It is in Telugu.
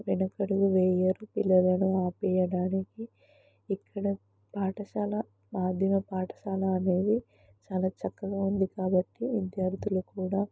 వెనకడుగు వేయరు పిల్లలను ఆపేయడానికి ఇక్కడ పాఠశాల మాధ్యమిక పాఠశాల అనేది చాలా చక్కగా ఉంది కాబట్టి విద్యార్థులు కూడా